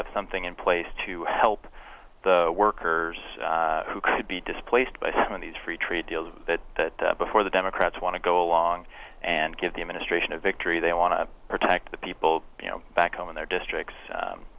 have something in place to help the workers who could be displaced by some of these free trade deals that that before the democrats want to go along and give the administration a victory they want to protect the people you know back home in their districts